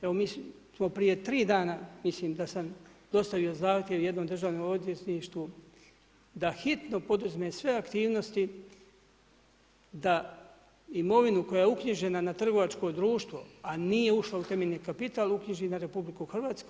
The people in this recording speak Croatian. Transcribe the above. Evo mi smo prije 3 dana, mislim da sam dostavio zahtjev jednom državnom odvjetništvu da hitni poduzme sve aktivnosti da imovinu koja je uknjižena na trgovačko društvo a nije ušla u temeljni kapital, uknjiži na RH.